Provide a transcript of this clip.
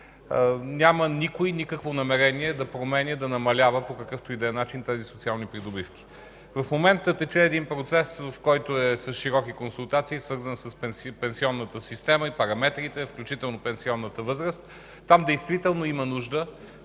няма никакво намерение да променя и да намалява по какъвто и да е начин тези социални придобивки. В момента тече един процес, който е с широки консултации, свързан с пенсионната система и параметрите, включително пенсионната възраст. Там действително има нужда